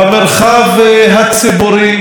במרחב הציבורי,